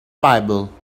bible